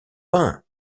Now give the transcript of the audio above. vin